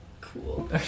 Cool